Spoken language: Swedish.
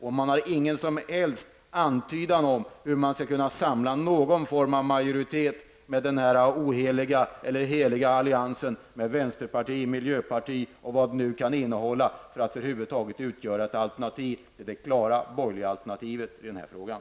Vi har ingen antydan om hur man skall samla någon form av majoritet genom den oheliga eller heliga alliansen med vänsterpartiet, miljöpartiet och vad det nu kan vara, för att över huvud taget utgöra ett alternativ till det klara borgerliga alternativet i den här frågan.